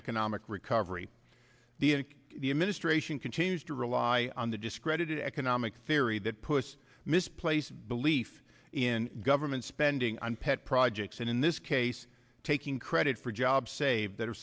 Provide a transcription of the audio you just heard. economic recovery the attic the administration continues to rely on the discredited economic theory that puts misplaced belief in government spending on pet projects and in this case taking credit for jobs saved